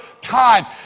time